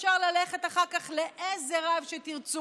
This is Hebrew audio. אפשר ללכת אחר כך לאיזה רב שתרצו,